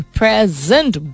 present